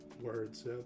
words